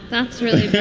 that's really